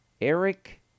Eric